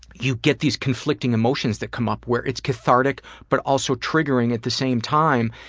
you get these conflicting emotions that come up where it's cathartic but also triggering at the same time.